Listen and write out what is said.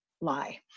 lie